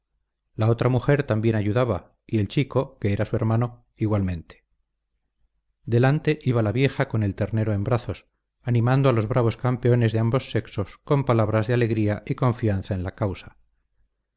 la otra mujer también ayudaba y el chico que era su hermano igualmente delante iba la vieja con el ternero en brazos animando a los bravos campeones de ambos sexos con palabras de alegría y confianza en la causa